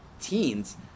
teens